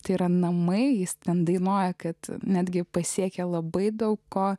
tai yra namai jis ten dainuoja kad netgi pasiekė labai daug ko